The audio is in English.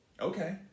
Okay